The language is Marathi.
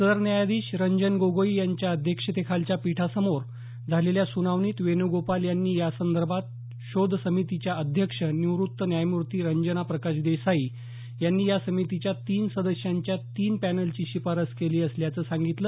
सरन्यायाधीश रंजन गोगोई यांच्य अध्यक्षतेखालच्या पीठासमोर झालेल्या सुनावणीत वेणूगोपाल यांनी यासंदर्भात शोध समितीच्या अध्यक्ष निवृत्त न्यायमूर्ती रंजना प्रकाश देसाई यांनी या समितीच्या तीन सदस्यांच्या तीन पॅनलची शिफारस केली असल्याचं सांगितलं